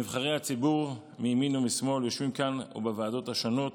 נבחרי הציבור מימין ומשמאל יושבים כאן ובוועדות השונות